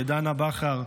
לדנה בכר,